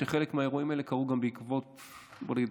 בואו נגיד,